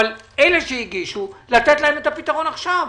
אבל אלה שהגישו לתת להם את הפתרון עכשיו.